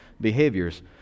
behaviors